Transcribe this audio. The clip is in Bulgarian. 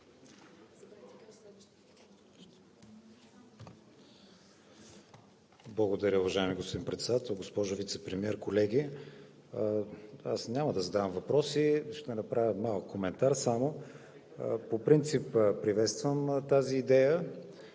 Благодаря, уважаеми господин Председател. Госпожо Вицепремиер, колеги, аз няма да задавам въпроси, ще направя малък коментар само. По принцип приветствам тази идея.